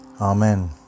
Amen